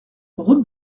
route